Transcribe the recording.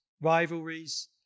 rivalries